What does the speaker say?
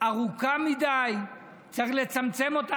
ארוכה מדי, צריך לצמצם אותה?